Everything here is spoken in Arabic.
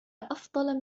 أفضل